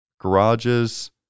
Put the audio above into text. garages